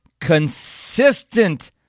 consistent